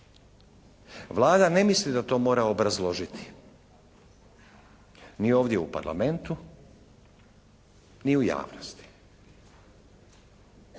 Vlada ne misli da mora to obrazložiti ni ovdje u Parlamentu ni u javnosti.